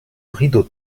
rideau